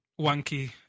wanky